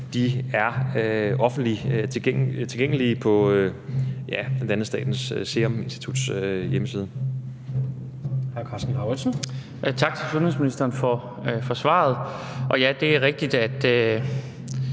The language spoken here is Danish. er offentligt tilgængelige bl.a. på Statens Serum Instituts hjemmeside.